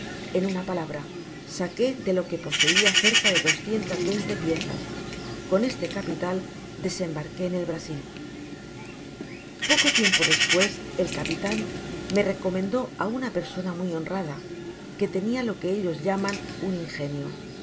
en una palabra saqué de lo que poseia cerca de doscientas veinte piezas con este capital desembarqué en el brasil poco tiempo despues el capitan me recomendó á una persona muy honrada que tenia lo que ellos llaman un ingénio es